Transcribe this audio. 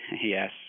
Yes